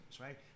Right